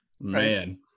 man